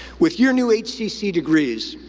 with your new hcc degrees,